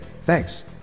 thanks